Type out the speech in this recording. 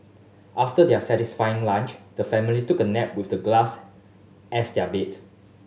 after their satisfying lunch the family took a nap with the glass as their bed